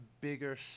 bigger